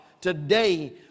today